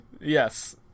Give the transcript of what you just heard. Yes